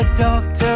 doctor